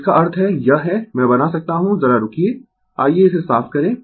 इसका अर्थ है यह है मैं बना सकता हूँ जरा रूकिये आइये इसे साफ करें